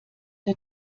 der